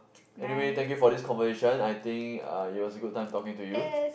anyway thank you for this conversation I think uh it was a good time talking to you